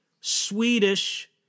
Swedish